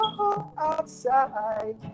outside